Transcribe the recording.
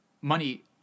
money